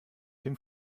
dem